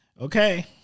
Okay